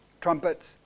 trumpets